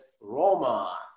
roma